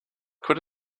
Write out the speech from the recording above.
could